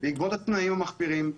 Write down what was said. בעקבות התנאים המחפירים,